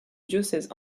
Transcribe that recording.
diocèse